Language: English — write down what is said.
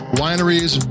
wineries